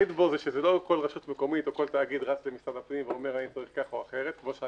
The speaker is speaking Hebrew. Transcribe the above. האחיד הוא שלא כל רשות מקומית או כל תאגיד